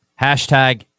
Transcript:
Hashtag